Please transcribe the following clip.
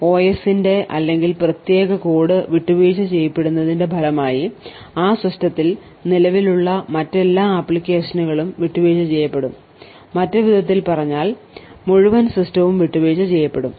ഒഎസിന്റെ അല്ലെങ്കിൽ പ്രത്യേക കോഡ് വിട്ടുവീഴ്ച ചെയ്യപ്പെടുന്നതിന്റെ ഫലമായി ആ സിസ്റ്റത്തിൽ നിലവിലുള്ള മറ്റെല്ലാ ആപ്ലിക്കേഷനുകളും വിട്ടുവീഴ്ച ചെയ്യപ്പെടും മറ്റൊരു വിധത്തിൽ പറഞ്ഞാൽ മുഴുവൻ സിസ്റ്റവും വിട്ടുവീഴ്ച ചെയ്യപ്പെടും